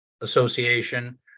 association